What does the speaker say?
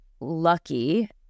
lucky